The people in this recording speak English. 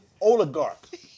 oligarch